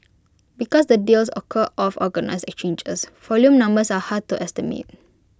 because the deals occur off organised exchanges volume numbers are hard to estimate